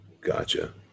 gotcha